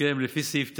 (הסכם לפי סעיף 9),